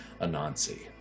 Anansi